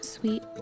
Sweet